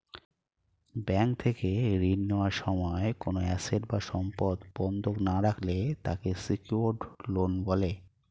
bank থেকে ঋণ নেওয়ার সময় কোনো অ্যাসেট বা সম্পদ বন্ধক না রাখলে তাকে সিকিউরড লোন বলে